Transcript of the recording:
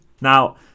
Now